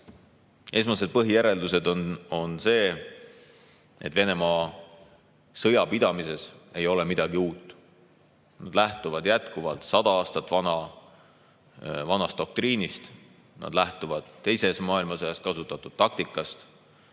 esmased põhijäreldused? Venemaa sõjapidamises ei ole midagi uut. Nad lähtuvad jätkuvalt sada aastat vanast doktriinist, nad lähtuvad teises maailmasõjas kasutatud taktikast